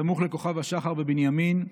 סמוך לכוכב השחר בבנימין,